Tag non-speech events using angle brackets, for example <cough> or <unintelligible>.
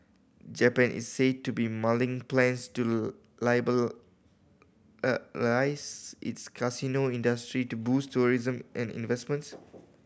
Japan is said to be mulling plans to <unintelligible> its casino industry to boost tourism and investments